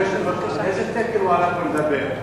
על איזה תקן הוא עלה לדבר?